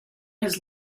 his